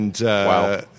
Wow